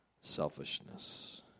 selfishness